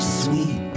sweet